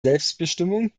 selbstbestimmung